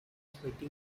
sweaty